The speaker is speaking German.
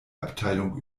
abteilung